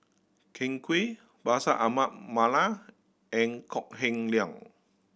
Ken Kwek Bashir Ahmad Mallal and Kok Heng Leun